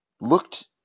looked